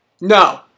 No